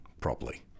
properly